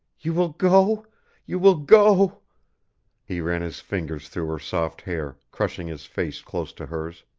you will go you will go he ran his fingers through her soft hair, crushing his face close to hers.